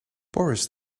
boris